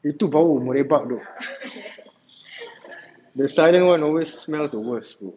itu bau merebak the silent one always smells the worst